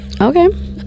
okay